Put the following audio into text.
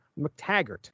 McTaggart